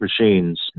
machines